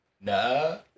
no